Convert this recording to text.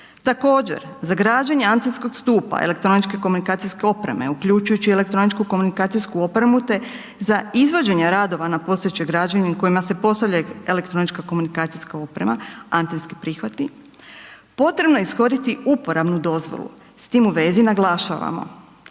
Također, za građenje antenskog stupa elektroničke komunikacijske opreme, uključujući elektroničku komunikacijsku opremu te za izvođenje radova na postojećoj građevini na kojima se postavlja elektronička komunikacijska oprema, antenski prihvati, potrebno je ishoditi uporabnu dozvolu. S tim u vezi naglašavamo